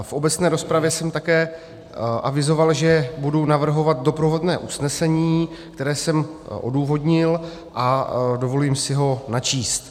V obecné rozpravě jsem také avizoval, že budu navrhovat doprovodné usnesení, které jsem odůvodnil, a dovolím si ho načíst.